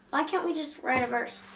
why can't we just write a verse?